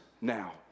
now